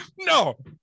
No